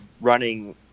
running